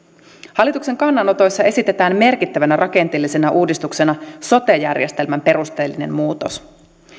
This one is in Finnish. hallituksen kannanotoissa esitetään merkittävänä rakenteellisena uudistuksena sote järjestelmän perusteellinen muutos